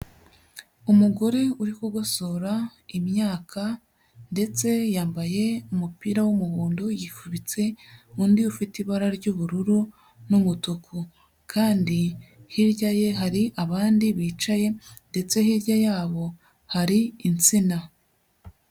Umugore uri kugosora imyaka, ndetse yambaye umupira w'umuhondo yifubitse undi ufite ibara ry'ubururu n'umutuku, kandi hirya ye hari abandi bicaye ndetse hirya yabo hari insina.